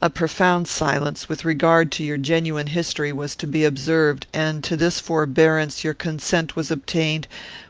a profound silence, with regard to your genuine history, was to be observed and to this forbearance your consent was obtained